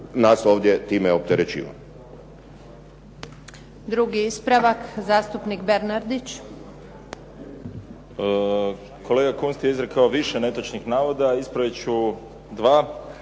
nas ovdje time opterećivao.